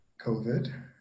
COVID